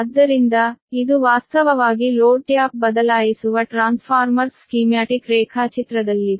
ಆದ್ದರಿಂದ ಇದು ವಾಸ್ತವವಾಗಿ ಲೋಡ್ ಟ್ಯಾಪ್ ಬದಲಾಯಿಸುವ ಟ್ರಾನ್ಸ್ಫಾರ್ಮರ್ಸ್ ಸ್ಕೀಮ್ಯಾಟಿಕ್ ರೇಖಾಚಿತ್ರದಲ್ಲಿದೆ